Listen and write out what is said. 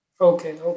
okay